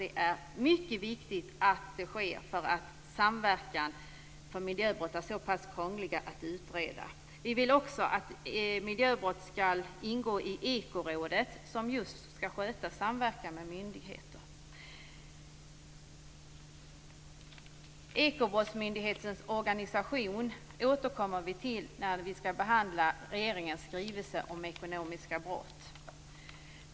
Det är mycket viktigt att det kommer till stånd en samverkan, eftersom miljöbrott är så pass krångliga att utreda. Vi vill också att miljöbrott skall ingå i Ekorådet, som just skall sköta samverkan med myndigheter. Vi återkommer till Ekobrottsmyndighetens organisation när riksdagen skall behandla regeringens skrivelse om ekonomiska brott.